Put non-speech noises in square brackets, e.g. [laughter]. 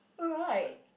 [noise] right